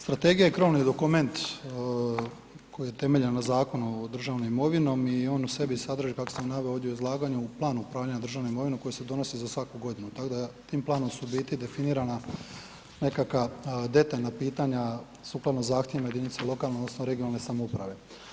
Strategija je krovni dokument koji je temeljen na Zakon o državnoj imovini i on u sebi sadrži kako sam naveo ovdje u izlaganju u planu upravljanja državne imovine koji se donosi za svaku godinu, tako da tim planom su definirana nekakva detaljna pitanja sukladno zahtjevima jedinica lokalne odnosno regionalne samouprave.